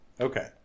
Okay